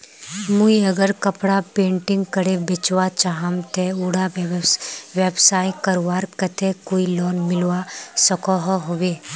मुई अगर कपड़ा पेंटिंग करे बेचवा चाहम ते उडा व्यवसाय करवार केते कोई लोन मिलवा सकोहो होबे?